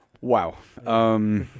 Wow